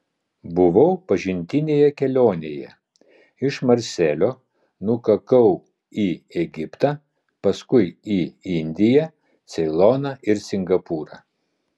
buvau pažintinėje kelionėje iš marselio nukakau į egiptą paskui į indiją ceiloną ir singapūrą